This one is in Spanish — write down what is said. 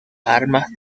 armas